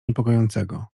niepokojącego